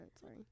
sorry